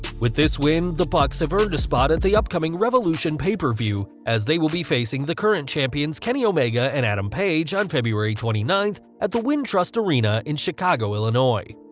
with this win, the bucks have earned a spot at the upcoming revolution pay per view, as they will be facing the current champions kenny omega and adam page on february twenty ninth, at the wintrust arena in chicago, illinois.